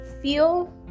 feel